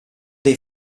dei